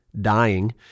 dying